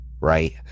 right